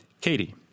katie